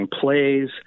plays